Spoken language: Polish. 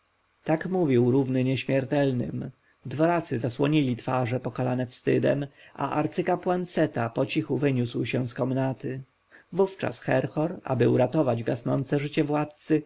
tak mówił równy nieśmiertelnym dworacy zasłonili twarze pokalane wstydem a arcykapłan seta pocichu wyniósł się z komnaty wówczas herhor aby uratować gasnące życie władcy